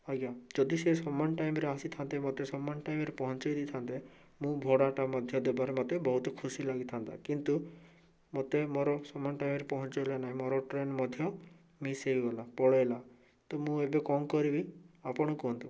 ଆଜ୍ଞା ଯଦି ସିଏ ସମାନ ଟାଇମ୍ରେ ଆସିଥାନ୍ତେ ମୋତେ ସମାନ ଟାଇମ୍ରେ ପହଞ୍ଚେଇ ଦେଇଥାନ୍ତେ ମୁଁ ଭଡ଼ାଟା ମଧ୍ୟ ଦେବାରେ ମୋତେ ବହୁତ ଖୁସି ଲାଗିଥାନ୍ତା କିନ୍ତୁ ମୋତେ ମୋର ସମାନ ଟାଇମ୍ରେ ପହଞ୍ଚେଇଲା ନାହି ମୋ ଟ୍ରେନ୍ ମଧ୍ୟ ମିସ୍ ହେଇଗଲା ପଳେଇଲା ତ ମୁଁ ଏବେ କ'ଣ କରିବି ଆପଣ କୁହନ୍ତୁ